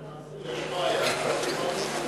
אז למעשה,